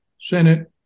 Senate